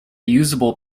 usable